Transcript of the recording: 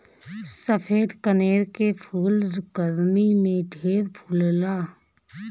सफ़ेद कनेर के फूल गरमी में ढेर फुलाला